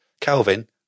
Calvin